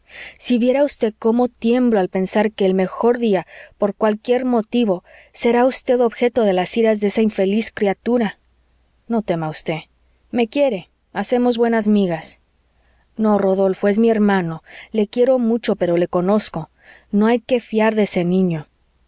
si viera usted cómo tiemblo al pensar que el mejor día por cualquier motivo será usted objeto de las iras de esa infeliz criatura no tema usted me quiere hacemos buenas migas no rodolfo es mi hermano le quiero mucho pero le conozco no hay que fiar de ese niño